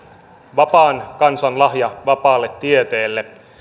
vapaan kansan lahja vapaalle tieteelle